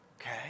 Okay